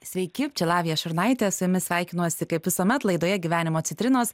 sveiki čia lavija šurnaitė su jumis sveikinuosi kaip visuomet laidoje gyvenimo citrinos